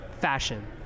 fashion